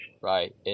Right